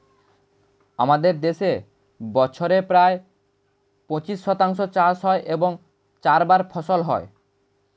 আমাদের দেশে বছরে প্রায় পঁচিশ শতাংশ চাষ হয় এবং চারবার ফসল হয়